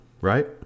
right